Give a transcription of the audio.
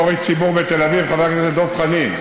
בתור איש ציבור בתל אביב, חבר הכנסת דב חנין,